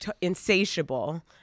insatiable